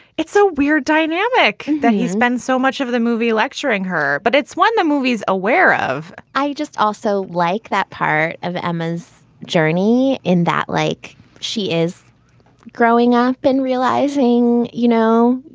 it's a weird dynamic that he's been so much of the movie lecturing her, but it's one the movie's aware of i just also like that part of emma's journey in that like she is growing up and realizing, you know,